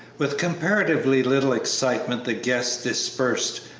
with comparatively little excitement the guests dispersed,